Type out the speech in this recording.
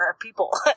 People